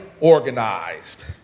organized